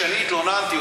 כשאני התלוננתי,